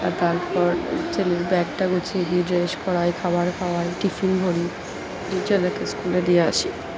আর তারপর ছেলের ব্যাগটা গুছিয়ে দিই ড্রেস পরাই খাবার খাওয়াই টিফিন ভরি ছেলেকে স্কুলে দিয়ে আসি